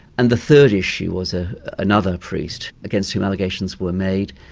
and the third issue was ah another priest against whom allegations were made.